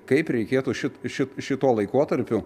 kaip reikėtų šit šit šituo laikotarpiu